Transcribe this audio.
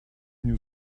new